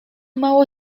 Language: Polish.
mało